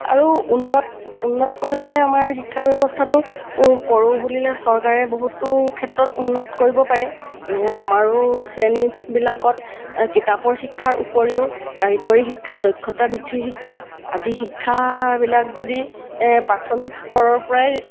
আৰু উন্নত উন্নত কৰিবলৈ আমাৰ শিক্ষা ব্যৱস্থাটো কৰোঁ বুলিলে চৰকাৰে বহুতো ক্ষেত্ৰত উন্নত কৰিব পাৰে আমাৰো শ্ৰেণীবিলাকত কিতাপৰ শিক্ষাৰ উপৰিও কাৰিকৰী শিক্ষা দক্ষতাবৃদ্ধিৰ শিক্ষা আদি শিক্ষাবিলাক যদি প্ৰাথমিক স্তৰৰ পৰাই